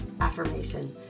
affirmation